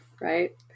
Right